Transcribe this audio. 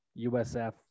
USF